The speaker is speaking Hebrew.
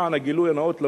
למען הגילוי הנאות,